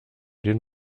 den